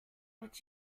would